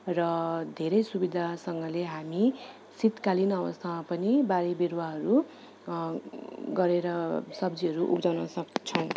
र धेरै सुविधासँगले हामी शीतकालीन अवस्थामा पनि बारी बिरुवाहरू गरेर सब्जीहरू उब्जाउन सक्छौँ